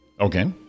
okay